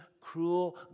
cruel